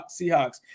Seahawks